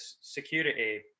security